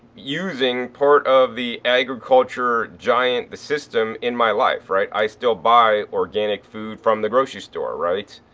using part of the agriculture giant the system in my life, right. i still buy organic food from the grocery store, right.